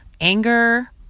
Anger